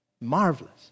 marvelous